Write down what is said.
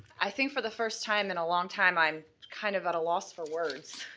i think for the first time in a long time, i'm kind of at a loss for words.